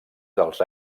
dels